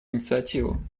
инициативу